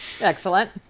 excellent